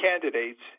candidates